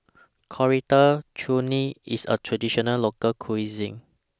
Coriander Chutney IS A Traditional Local Cuisine